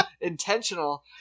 intentional